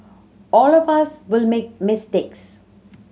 all of us will make mistakes